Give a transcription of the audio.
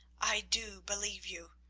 i do believe you.